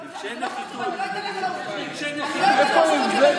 רגשי נחיתות, רגשי נחיתות, הוא לא אמר כלום.